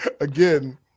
again